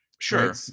Sure